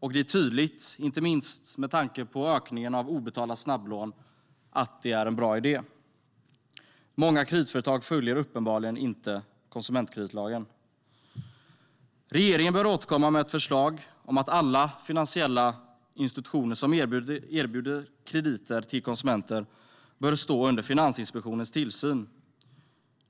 och det är tydligt, inte minst med tanke på ökningen av obetalda snabblån, att det är en bra idé. Många kreditföretag följer uppenbarligen inte konsumentkreditlagen. Regeringen bör återkomma med ett förslag om att alla finansiella institutioner som erbjuder krediter till konsumenter ska stå under Finansinspektionens tillsyn.